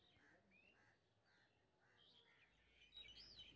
सरसों के लिए खेती के लेल बीज केना बोई?